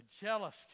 jealous